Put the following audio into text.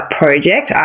project